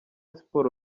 siporo